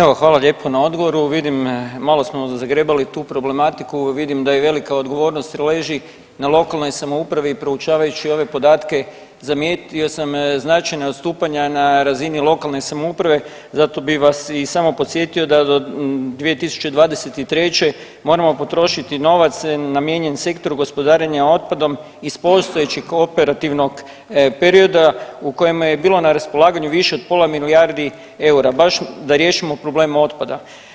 Evo, hvala lijepo na odgovoru, vidim malo smo zagrebali tu problematiku, vidim da i velika odgovornost leži na lokalnoj samoupravi i proučavajući ove podatke zamijetio sam značajna odstupanja na razini lokalne samouprave zato bih vas i samo podsjetio da do 2023. moramo potrošiti novac namijenjen sektoru gospodarenja otpadom iz postojećeg operativnog perioda u kojemu je bilo na raspolaganju više od pola milijardi EUR-a baš da riješimo problem otpada.